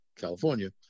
California